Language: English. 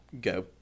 go